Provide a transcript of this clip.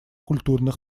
культурных